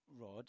Rod